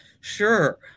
Sure